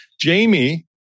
Jamie